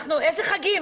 איזה חגים?